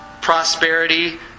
prosperity